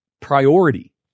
priority